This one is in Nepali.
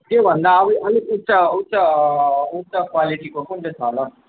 त्यो भन्दा अलिक उच्च उच्च उच्च क्वालिटीको कुन चाहिँ छ होला हौ